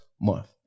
month